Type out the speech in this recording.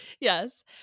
Yes